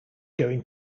going